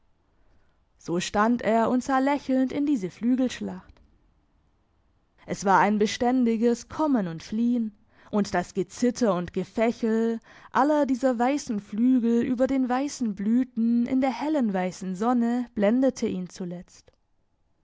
so stand er und sah lächelnd in diese flügelschlacht es war ein beständiges kommen und fliehen und das gezitter und gefächel aller dieser weissen flügel über den weissen blüten in der hellen weissen sonne blendete ihn zuletzt